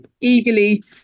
eagerly